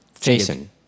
Jason